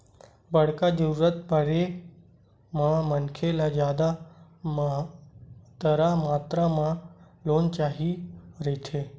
बड़का जरूरत परे म मनखे ल जादा मातरा म लोन चाही रहिथे